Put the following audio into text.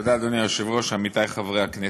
אדוני היושב-ראש, תודה, עמיתי חברי הכנסת,